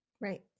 Right